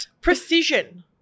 Precision